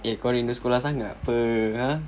K kau rindu sekolah sangat ke !huh!